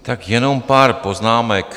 Tak jenom pár poznámek.